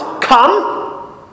come